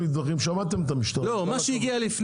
לא אני לא יכול,